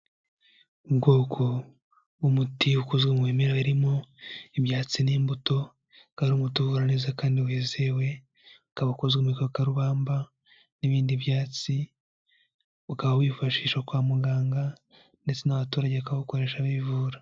Ubwoko bw'umuti ukozwe mu bimera birimo ibyatsi n'imbuto, ukaba ari umuti uvura neza kandi wizewe, ukaba ukozwe mu gikakarubamba n'ibindi byatsi, ukaba wifashisha kwa muganga, ndetse n'abaturage bakawukoresha bivura.